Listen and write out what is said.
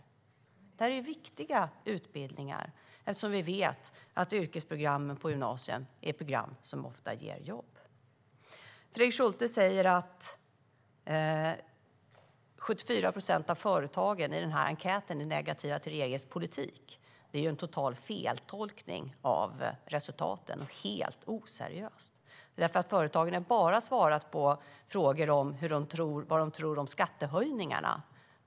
Men det är viktiga utbildningar, eftersom vi vet att yrkesprogrammen på gymnasiet är program som ofta ger jobb. Fredrik Schulte säger att 74 procent av företagen enligt denna enkät är negativa till regeringens politik. Det är en total feltolkning av resultaten och helt oseriöst. Företagen har nämligen svarat bara på frågor om vad de tror om skattehöjningarna.